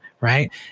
right